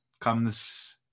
comes